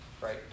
right